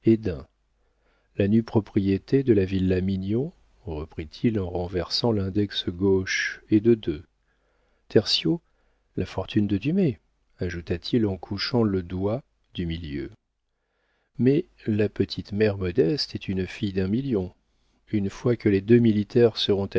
la nue propriété de la villa mignon reprit-il en renversant l'index gauche et de deux terti la fortune de dumay ajouta-t-il en couchant le doigt du milieu mais la petite mère modeste est une fille d'un million une fois que les deux militaires